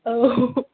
औ